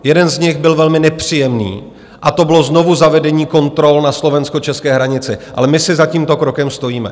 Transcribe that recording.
Jeden z nich byl velmi nepříjemný a to bylo znovuzavedení kontrol na slovenskočeské hranici, ale my si za tímto krokem stojíme.